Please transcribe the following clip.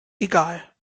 egal